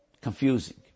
confusing